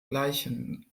gleichen